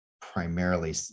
primarily